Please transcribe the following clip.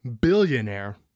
billionaire